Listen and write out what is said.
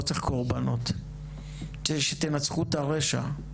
אני לא צריך קורבנות אני צריך שתנצחו את הרשע.